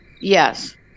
Yes